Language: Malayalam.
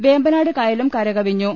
വേമ്പനാട് കായലും കരകവിഞ്ഞു